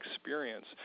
experience